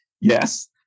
yes